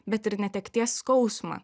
bet ir netekties skausmą